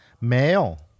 male